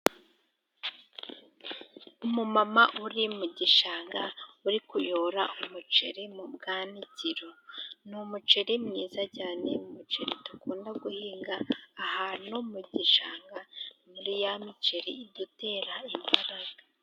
Umu mama uri mu gishanga uri kuyora umuceri mu bwanikiro ni umuceri mwiza cyane umuceri dukunda guhinga ahantu mu gishanga muri ya miceri idutera imbaraga.